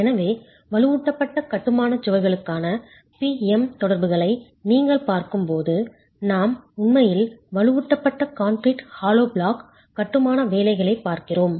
எனவே வலுவூட்டப்பட்ட கட்டுமான சுவர்களுக்கான P M தொடர்புகளை நீங்கள் பார்க்கும்போது நாம் உண்மையில் வலுவூட்டப்பட்ட கான்கிரீட் ஹாலோ பிளாக் கட்டுமான வேலைகளைப் பார்க்கிறோம்